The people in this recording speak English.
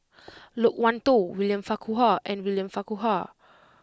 Loke Wan Tho William Farquhar and William Farquhar